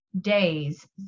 days